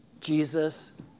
Jesus